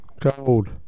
cold